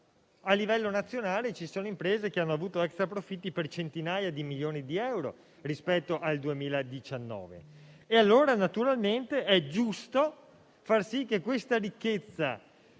a livello nazionale ci sono imprese che hanno avuto extraprofitti per centinaia di milioni di euro rispetto al 2019. Allora è giusto far sì che questa ricchezza,